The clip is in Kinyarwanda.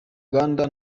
uganda